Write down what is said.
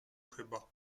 chyba